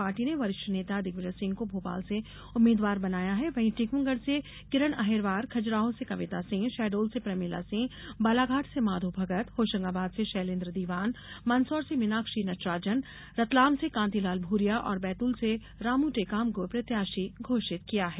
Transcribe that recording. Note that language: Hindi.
पार्टी ने वरिष्ठ नेता दिग्विजय सिंह को भोपाल से उम्मीदवार बनाया है वहीं टीकमगढ़ से किरण अहिरवार खजुराहो से कविता सिंह शहडोल से प्रमिला सिंह बालाघाट से माधोभगत होशंगाबाद से शैलेंद्र दीवान मंदसौर से मीनाक्षी नटराजन रतलाम से कांतिलाल भूरिया और बैतूल से रामू टेकाम को प्रत्याशी घोषित किया है